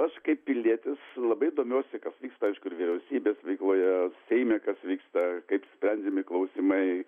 aš kaip pilietis labai domiuosi kas vyksta aišku ir vyriausybės veikloje seime kas vyksta kaip sprendžiami klausimai